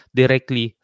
directly